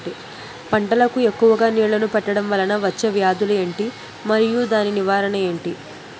పంటలకు ఎక్కువుగా నీళ్లను పెట్టడం వలన వచ్చే వ్యాధులు ఏంటి? మరియు దాని నివారణ ఏంటి?